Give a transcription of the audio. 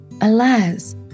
Alas